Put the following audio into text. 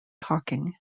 talking